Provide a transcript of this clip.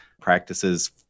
practices